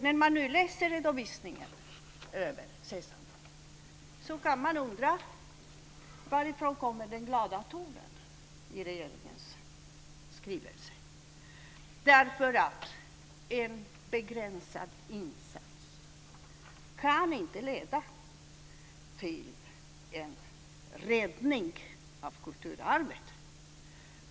När man nu läser redovisningen över SESAM kan man undra varifrån den glada tonen i regeringens skrivelse kommer. En begränsad insats kan inte leda till en räddning av kulturarvet.